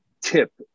tip